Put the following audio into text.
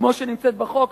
כמו שנמצאת בחוק,